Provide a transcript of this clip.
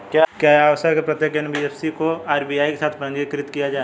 क्या यह आवश्यक है कि प्रत्येक एन.बी.एफ.सी को आर.बी.आई के साथ पंजीकृत किया जाए?